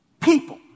People